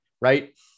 right